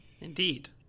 Indeed